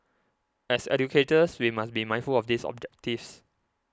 as educators we must be mindful of these objectives